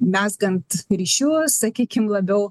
mezgant ryšius sakykim labiau